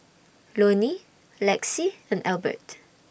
Lonny Lexie and Elbert